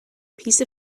piece